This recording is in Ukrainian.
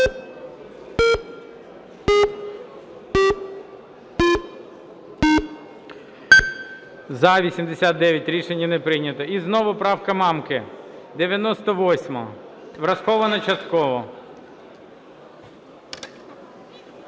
За-89 Рішення не прийнято. І знову правка Мамки, 98-а. Врахована частково.